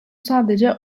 sadece